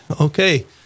okay